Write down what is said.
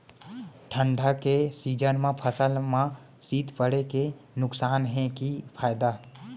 ठंडा के सीजन मा फसल मा शीत पड़े के नुकसान हे कि फायदा?